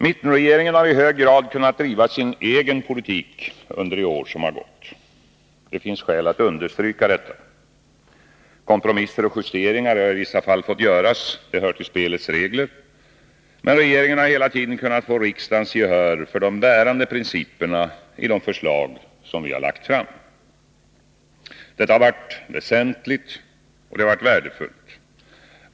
Mittenregeringen har i hög grad kunnat driva sin egen politik under det år som gått. Det finns skäl att understryka detta. Kompromisser och justeringar hari vissa fall fått göras. Det hör till spelets regler. Men regeringen har hela tiden kunnat få riksdagens gehör för de bärande principerna i de förslag som vi har lagt fram. Detta har varit väsentligt och värdefullt.